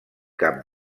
cap